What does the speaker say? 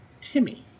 Timmy